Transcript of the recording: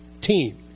team